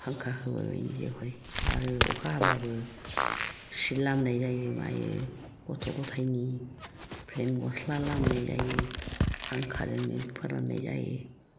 फांखा होबाय बायैनो जि हय आरो अखा हाबाबो सि लामनाय जायो मायो गथ' गथायनि पेन्ट गस्ला लामनाय जायो फांखाजोंनो फोराननाय जायो